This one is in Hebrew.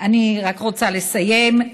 אני רק רוצה לסיים.